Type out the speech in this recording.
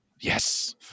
Yes